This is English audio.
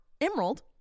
emerald